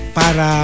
para